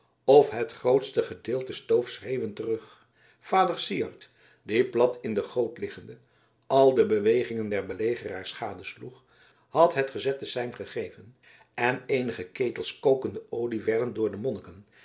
of het grootste gedeelte stoof schreeuwend terug vader syard die plat in de goot liggende al de bewegingen der belegeraars gadesloeg had het gezette sein gegeven en eenige ketels kokende olie werden door de monniken